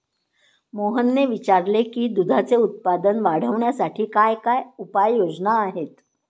मोहनने विचारले की दुधाचे उत्पादन वाढवण्यासाठी काय उपाय योजना आहेत?